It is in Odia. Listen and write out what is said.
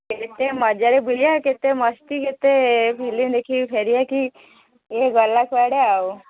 କେତେ ମଜାରେ ବୁଲିଆ କେତେ ମସ୍ତି କେତେ ଫିଲ୍ମ ଦେଖି ଫେରିଆକି ସିଏ ଗଲା କୁଆଡ଼େ ଆଉ